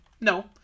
No